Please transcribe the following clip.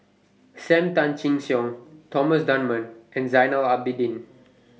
SAM Tan Chin Siong Thomas Dunman and Zainal Abidin